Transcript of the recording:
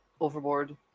overboard